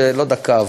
לא דקה,